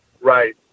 Right